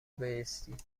بایستید